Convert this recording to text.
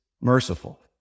merciful